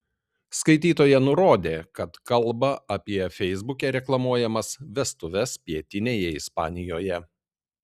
skaitytoja nurodė kad kalba apie feisbuke reklamuojamas vestuves pietinėje ispanijoje